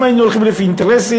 אם היינו הולכים לפי אינטרסים,